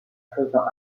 faisant